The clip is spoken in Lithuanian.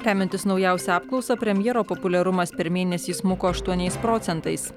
remiantis naujausia apklausa premjero populiarumas per mėnesį smuko aštuoniais procentais